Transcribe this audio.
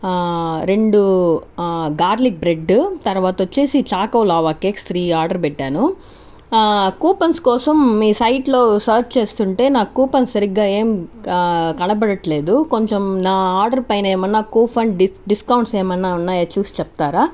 రెండు garlic bread తర్వాత వచ్చేసి choco lava cakes three order పెట్టాను కూపన్స్ కోసం మీ సైట్లో సర్చ్ చేస్తుంటే నాకు కూపన్స్ సరిగ్గా ఏం కనపడట్లేదు కొంచం నా ఆర్డర్ పైన ఏమన్నా కూపన్ డిస్కౌంట్స్ ఏమన్నా ఉన్నాయా చూసి చెప్తారా